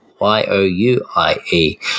Y-O-U-I-E